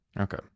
Okay